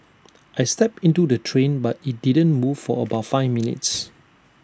I stepped into the train but IT didn't move for about five minutes